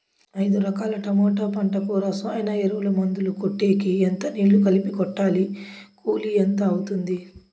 ఐదు ఎకరాల టమోటా పంటకు రసాయన ఎరువుల, మందులు కొట్టేకి ఎంత నీళ్లు కలిపి కొట్టాలి? కూలీ ఎంత అవుతుంది?